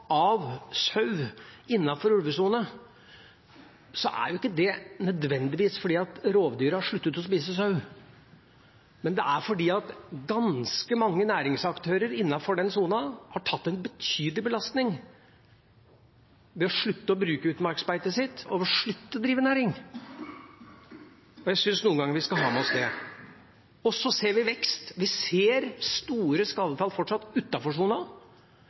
av sau innenfor ulvesonen, er ikke det nødvendigvis fordi rovdyra har sluttet å spise sau, men fordi ganske mange næringsaktører innenfor sonen har tatt en betydelig belastning ved å slutte å bruke utmarksbeitet sitt, og ved å slutte å drive næring. Jeg syns noen ganger vi skal ha med oss det. Så ser vi vekst, vi ser fortsatt store skadetall